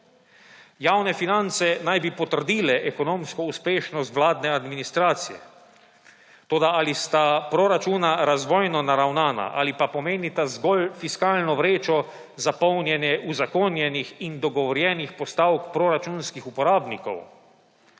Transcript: Javne finance naj bi potrdile ekonomsko uspešnost vladne administracije, toda, ali sta proračuna razvojno naravnana ali pa pomenita zgolj fiskalno vrečo za polnjenje uzakonjenih in dogovorjenih postavk proračunskih uporabnikov.